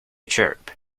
chirp